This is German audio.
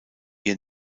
ihr